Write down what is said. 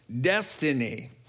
destiny